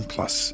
Plus